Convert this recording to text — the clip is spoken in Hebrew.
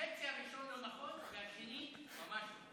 החצי הראשון לא נכון, והשני, ממש לא.